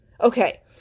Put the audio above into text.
Okay